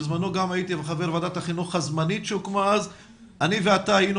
בזמנו גם אני הייתי חבר ועדת החינוך הזמנית שהוקמה ואתה ואני היינו